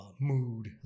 mood